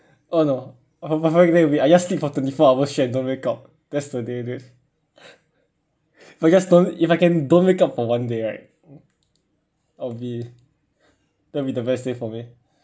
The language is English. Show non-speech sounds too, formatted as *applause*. oh no oh perfect day w~ I just sleep for twenty four hours straight don't wake up that's the day *laughs* but guess don't if I can don't wake up for one day right I'll be that will be the best day for me